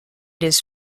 his